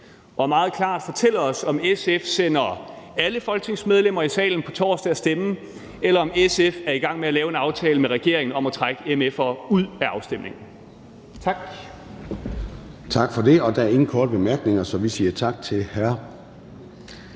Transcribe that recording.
og meget klart fortælle os, om SF sender alle folketingsmedlemmer i salen på torsdag for at stemme, eller om SF er i gang med at lave en aftale med regeringen om at trække mf'er ud af afstemningen. Tak. Kl. 13:46 Formanden (Søren Gade): Tak for det. Der er ingen korte bemærkninger, så vi siger tak til hr.